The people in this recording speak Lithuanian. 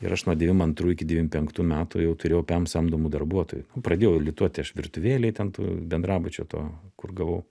ir aš nuo devym antrų iki devym penktų metų jau turėjau pem samdomų darbuotojų pradėjau lituoti aš virtuvėlėj ten to bendrabučio to kur gavau